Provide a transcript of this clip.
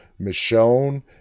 michonne